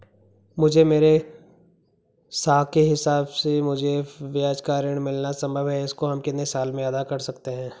मुझे मेरे साख के हिसाब से मुझे बिना ब्याज का ऋण मिलना संभव है इसको हम कितने साल में अदा कर सकते हैं?